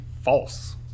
false